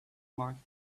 marked